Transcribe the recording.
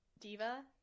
Diva